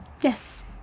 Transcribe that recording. yes